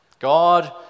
God